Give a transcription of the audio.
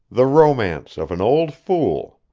the romance of an old fool,